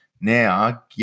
Now